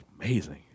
amazing